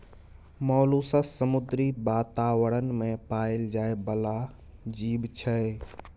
molluscs समुद्री बातावरण मे पाएल जाइ बला जीब छै